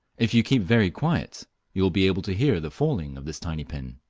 if you keep very quiet you will be able to hear the falling of this tiny pin.